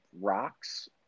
rocks